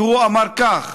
והוא אמר כך: